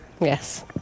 yes